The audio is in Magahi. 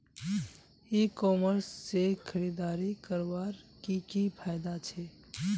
ई कॉमर्स से खरीदारी करवार की की फायदा छे?